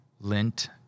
Lint